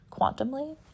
quantumly